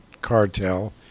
cartel